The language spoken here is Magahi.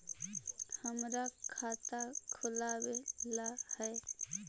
हमरा खाता खोलाबे ला है?